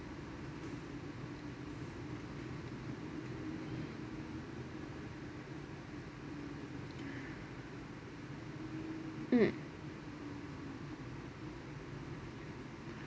mm